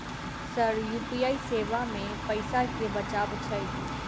Sir UPI सेवा मे पैसा केँ बचाब छैय?